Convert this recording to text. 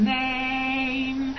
name